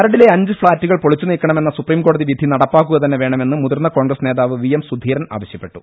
മരടിലെ അഞ്ച് ഫ്ളാറ്റുകൾ പൊളിച്ചുനീക്കണമെന്ന സുപ്രീംകോടതി വിധി നടപ്പാക്കുക തന്നെ വേണമെന്ന് മുതിർന്ന കോൺഗ്രസ് നേതാവ് വി എം സുധീരൻ ആവശ്യ പ്പെട്ടു